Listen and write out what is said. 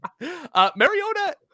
Mariota